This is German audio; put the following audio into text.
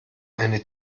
eine